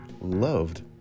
loved